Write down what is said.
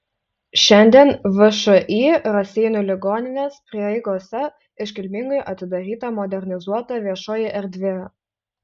šiandien všį raseinių ligoninės prieigose iškilmingai atidaryta modernizuota viešoji erdvė